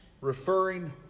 referring